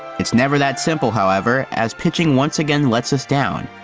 it's never that simple however, as pitching once again lets us down.